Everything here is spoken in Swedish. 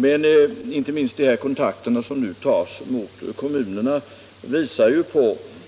Men inte minst de kontakter som nu tas med kommunerna visar